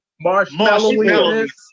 marshmallows